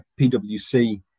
pwc